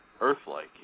Earth-like